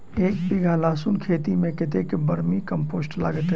एक बीघा लहसून खेती मे कतेक बर्मी कम्पोस्ट लागतै?